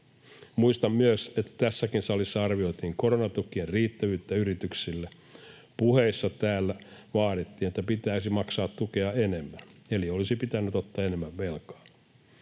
Muistan myös, että tässäkin salissa arvioitiin koronatukien riittävyyttä yrityksille. Puheissa täällä vaadittiin, että pitäisi maksaa tukea enemmän, eli olisi pitänyt ottaa enemmän velkaa.